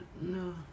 no